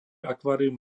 akvárium